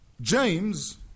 James